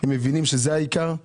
הם מבינים שזה העיקר.